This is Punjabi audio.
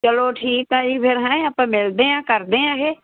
ਚਲੋ ਠੀਕ ਆ ਜੀ ਫਿਰ ਹੈਂ ਆਪਾਂ ਮਿਲਦੇ ਹਾਂ ਕਰਦੇ ਹਾਂ ਇਹ